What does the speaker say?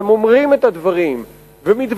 והם אומרים את הדברים ומתווכחים,